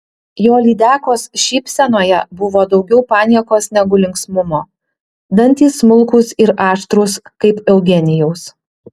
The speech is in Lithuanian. jo lydekos šypsenoje buvo daugiau paniekos negu linksmumo dantys smulkūs ir aštrūs kaip eugenijaus